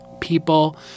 people